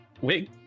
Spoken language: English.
wig